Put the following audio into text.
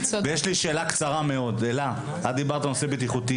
ויש לי שאלה קצרה מאוד לאלה: את דיברת על הנושא הבטיחותי,